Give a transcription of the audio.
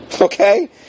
okay